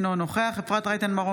אינו נוכח אפרת רייטן מרום,